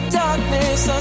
darkness